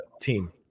team